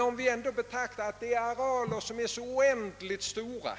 Om vi beaktar att arealerna är så oändligt stora